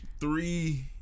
three